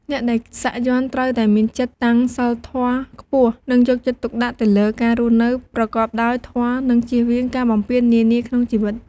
អ្នកដែលសាក់យ័ន្ត ត្រូវតែមានចិត្តតាំងធម៌ខ្ពស់ និងយកចិត្តទុកដាក់ទៅលើការរស់នៅប្រកបដោយ ធម៌ និងជៀសវាងការបំពាននានាក្នុងជីវិត។